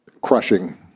crushing